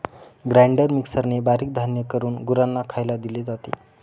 grinder मिक्सरने धान्य बारीक करून गुरांना खायला दिले जाते